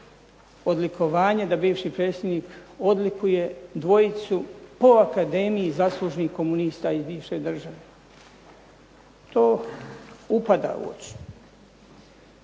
odlikovanje da bivši predsjednik odlikuje dvojicu po akademiji zaslužnih komunista iz bivše države. To upada u oči.